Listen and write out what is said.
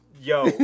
Yo